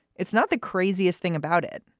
it's not the craziest thing about it.